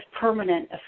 permanent